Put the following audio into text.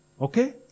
Okay